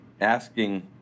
asking